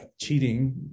cheating